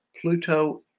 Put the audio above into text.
Pluto